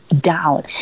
down